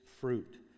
fruit